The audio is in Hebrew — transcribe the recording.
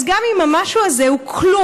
אז גם אם המשהו הזה הוא כלום,